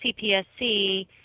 CPSC